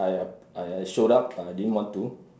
I I showed up but I didn't want to